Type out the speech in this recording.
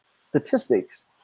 statistics